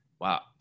wow